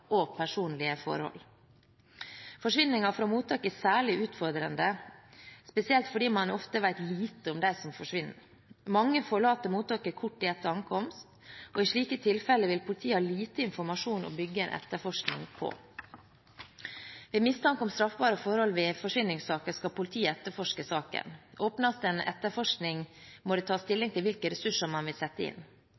særlig utfordrende, spesielt fordi man ofte vet lite om dem som forsvinner. Mange forlater mottaket kort tid etter ankomst, og i slike tilfeller vil politiet ha lite informasjon å bygge en etterforskning på. Ved mistanke om straffbare forhold ved forsvinningssaker skal politiet etterforske saken. Åpnes det etterforskning, må